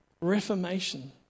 Reformation